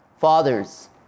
Fathers